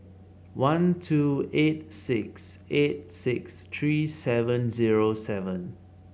one two eight six eight six three seven zero seven